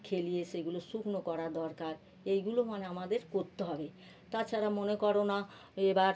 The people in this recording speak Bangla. খেলিয়ে সেগুলো শুকনো করা দরকার এইগুলো মানে আমাদের করতে হবে তাছাড়া মনে করো না এবার